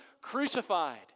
crucified